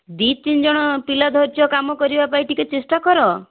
ଦୁଇ ତିନି ଜଣ ପିଲା ଧରିଛ କାମ କରିବା ପାଇଁ ଟିକିଏ ଚେଷ୍ଟା କର